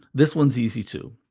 this one's easy too.